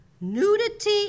Nudity